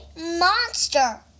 monster